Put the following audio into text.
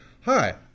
Hi